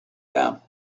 them